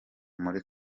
muri